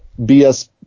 BS